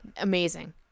amazing